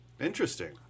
Interesting